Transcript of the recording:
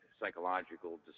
psychological